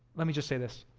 let me just say this